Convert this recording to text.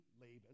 Laban